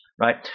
right